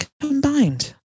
combined